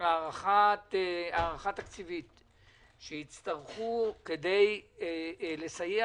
הערכה תקציבית לסכום שיצטרכו כדי לסייע